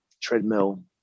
treadmill